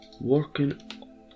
working